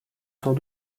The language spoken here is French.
sans